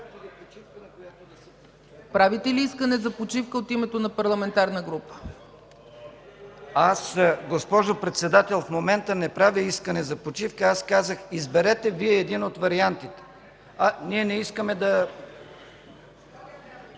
Правите ли искане за почивка от името на парламентарна група? ЛЮТВИ МЕСТАН: Госпожо Председател, в момента не правя искане за почивка. Аз казах да изберете Вие един от вариантите. Ние не искаме да...